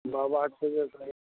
बाबा छबे करे